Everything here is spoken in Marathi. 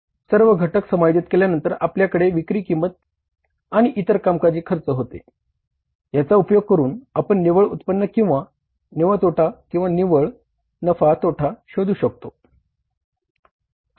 सर्व घटक समायोजित केल्याकडे आपल्याकडे विक्री विक्री किंमत आणि इतर कामकाजी खर्च होते याचा उपयोग करून आपण निव्वळ उत्पन्न किंवा निव्वळ तोटा किंवा नफा किंवा तोटा शोधू शकतो